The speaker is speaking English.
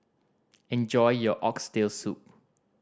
enjoy your Oxtail Soup